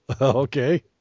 Okay